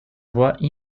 voix